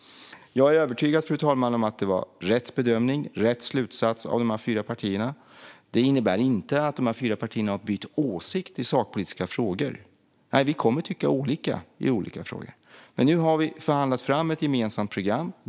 Jag är övertygad, fru talman, om att det var rätt bedömning och slutsats av de fyra partierna. Detta innebär inte att dessa partier har bytt åsikt i sakpolitiska frågor. Vi kommer att tycka olika i olika frågor, men nu har vi förhandlat fram ett gemensamt program.